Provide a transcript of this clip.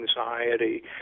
anxiety